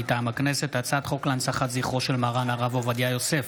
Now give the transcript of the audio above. מטעם הכנסת: הצעת חוק להנצחת זכרו של מרן הרב עובדיה יוסף,